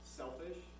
selfish